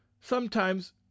Sometimes